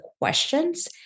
questions